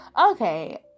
Okay